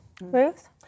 Ruth